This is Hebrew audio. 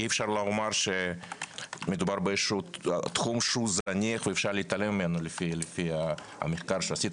אי אפשר לומר שמדובר בתחום זניח ואפשר להתעלם ממנו לפי המחקר שעשית,